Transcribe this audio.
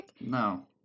No